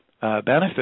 benefit